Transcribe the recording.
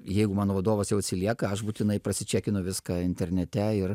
jeigu mano vadovas jau atsilieka aš būtinai prasičekinu viską internete ir